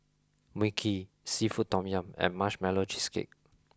mui kee seafood tom yum and marshmallow cheesecake